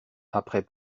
après